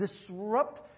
disrupt